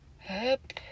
Up